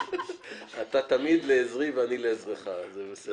אתה תמיד לעזרי ואני לעזרך, אז זה בסדר.